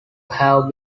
have